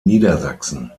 niedersachsen